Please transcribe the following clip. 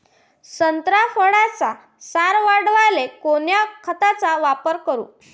संत्रा फळाचा सार वाढवायले कोन्या खताचा वापर करू?